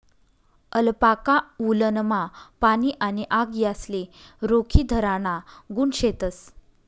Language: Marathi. अलपाका वुलनमा पाणी आणि आग यासले रोखीधराना गुण शेतस